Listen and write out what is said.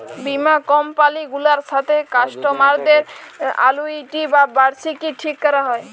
বীমা কমপালি গুলার সাথে কাস্টমারদের আলুইটি বা বার্ষিকী ঠিক ক্যরা হ্যয়